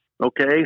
Okay